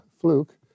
fluke